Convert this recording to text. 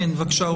בבקשה.